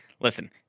Listen